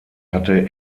hatte